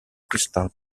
crystal